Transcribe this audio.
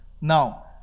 Now